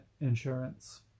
insurance